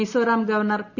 Mizoram governor P